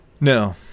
No